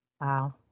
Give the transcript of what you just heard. wow